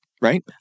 right